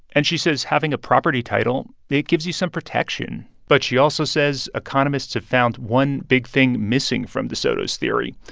and she says having a property title it gives you some protection. but she also says economists have found one big thing missing from de soto's theory,